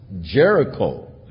Jericho